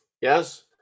yes